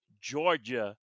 Georgia